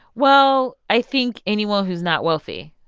well, i think anyone who's not wealthy.